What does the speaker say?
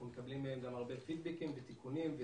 אנחנו מקבלים מהם הרבה פידבקים ותיקונים,